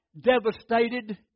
devastated